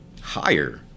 higher